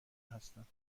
هستم